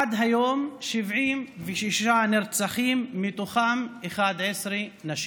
עד היום 76 נרצחים, מתוכם 11 נשים.